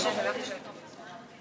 השר אורי אריאל, אני חושב, אמור להיות, לא?